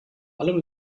allem